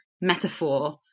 metaphor